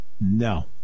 No